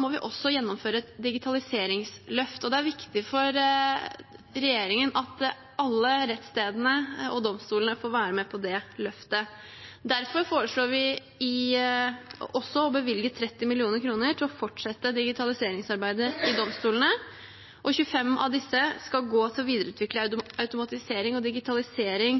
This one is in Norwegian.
må vi også gjennomføre et digitaliseringsløft. Det er viktig for regjeringen at alle rettsstedene og domstolene får være med på det løftet. Derfor foreslår vi også å bevilge 30 mill. kr til å fortsette digitaliseringsarbeidet til domstolene, og 25 mill. kr av disse skal gå til å videreutvikle